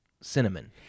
cinnamon